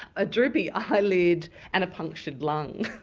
a droopy eyelid and a punctured lung.